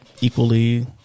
equally